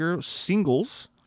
singles